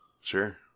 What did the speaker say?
Sure